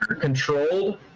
controlled